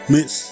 Miss